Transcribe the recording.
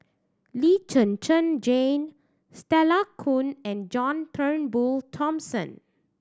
Lee Zhen Zhen Jane Stella Kon and John Turnbull Thomson